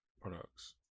products